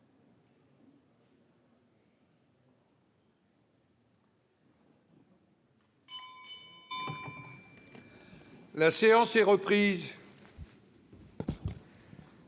La séance est reprise.